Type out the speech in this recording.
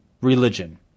religion